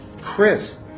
Chris